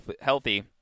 healthy